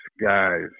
guys